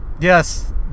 Yes